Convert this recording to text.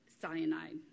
cyanide